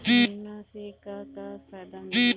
बीमा से का का फायदा मिली?